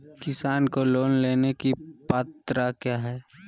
किसान को लोन लेने की पत्रा क्या है?